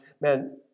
man